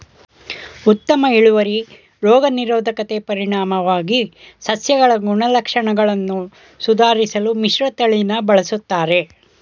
ಉತ್ತಮ ಇಳುವರಿ ರೋಗ ನಿರೋಧಕತೆ ಪರಿಣಾಮವಾಗಿ ಸಸ್ಯಗಳ ಗುಣಲಕ್ಷಣಗಳನ್ನು ಸುಧಾರ್ಸಲು ಮಿಶ್ರತಳಿನ ಬಳುಸ್ತರೆ